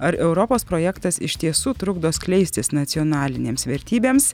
ar europos projektas iš tiesų trukdo skleistis nacionalinėms vertybėms